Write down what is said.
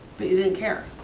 but you didn't care?